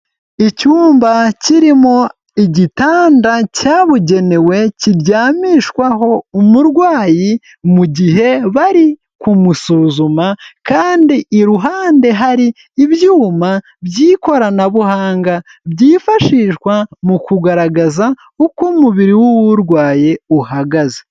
Icyumba kirimo igitanda cyabugenewe kiryamishwaho umurwayi mu gihe bari kumusuzuma, kandi iruhande hari ibyuma by'ikoranabuhanga byifashishwa mu kugaragaza uko umubiri w'uw'urwaye uhagaze.